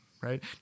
right